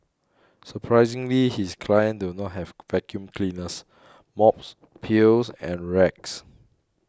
surprisingly his clients do not have vacuum cleaners mops pails and rags